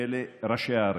ואלה ראשי הערים.